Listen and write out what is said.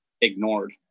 ignored